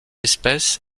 espèce